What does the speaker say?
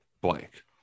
blank